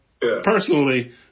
personally